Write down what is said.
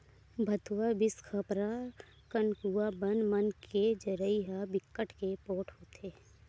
भथुवा, बिसखपरा, कनकुआ बन मन के जरई ह बिकट के पोठ होथे